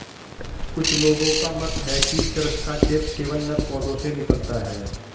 कुछ लोगों का मत है कि चरस का चेप केवल नर पौधों से निकलता है